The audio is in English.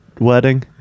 Wedding